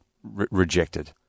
Rejected